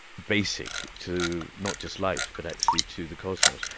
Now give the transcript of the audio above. basic to not just life but actually to the cosmos.